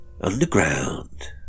Underground